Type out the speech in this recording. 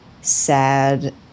sad